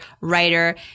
writer